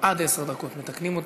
עד עשר דקות, מתקנים אותי.